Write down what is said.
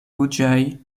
ruĝaj